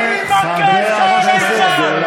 מי מכה את חיילי צה"ל,